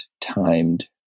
timed